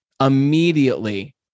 Immediately